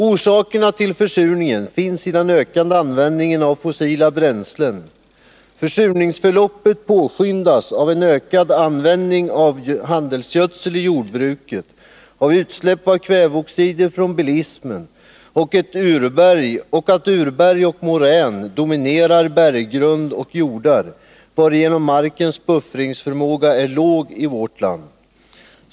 Orsakerna till försurningen finns i den ökande användningen av fossila bränslen. Försurningsförloppet påskyndas av en ökad användning av handelsgödsel i jordbruket, av utsläpp av kväveoxider från bilismen och av att urberg och morän dominerar berggrund och jordar, varigenom markens buffringsförmåga är låg i vårt land.